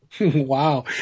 Wow